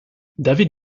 david